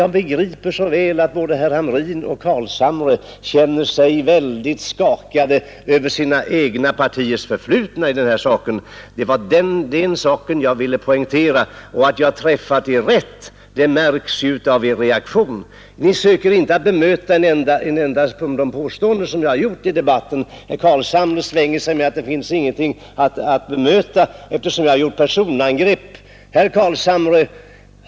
Jag begriper så väl att herr Hamrin och herr Carlshamre känner sig skakade över sina egna partiers förflutna i de här frågorna. Att jag träffade rätt märks av deras reaktion. De sökte inte bemöta ett enda av de påståenden jag gjorde. Herr Carlshamre svängde sig med att det inte finns någonting att bemöta, eftersom jag hade gjort personangrepp.